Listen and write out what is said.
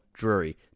drury